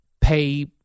pay